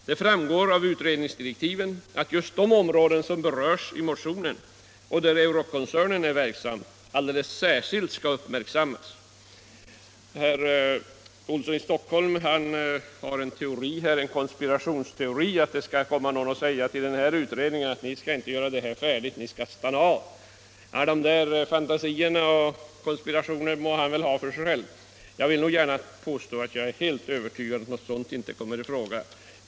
Det framgår av utredningsdirektiven att just de områden som berörs i motionen och där Euroc-koncernen är verksam alldeles särskilt, skall uppmärksammas. Herr Olsson i Stockholm har en konspirationsteori innebärande att någon kommer att säga till denna utredning att den skall upphöra med sitt arbete och inte slutföra uppdraget. Det må vara herr Olsson obetaget att framföra dessa fantasier, men jag är övertygad om att något sådant inte kommer i fråga.